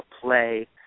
play